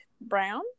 brown